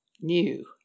new